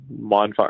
mindfuck